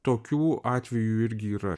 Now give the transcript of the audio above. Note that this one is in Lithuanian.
tokių atvejų irgi yra